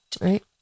Right